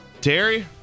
Terry